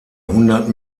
hundert